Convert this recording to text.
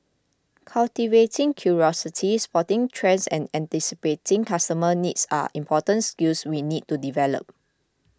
cultivating curiosity spotting trends and anticipating customer needs are important skills we need to develop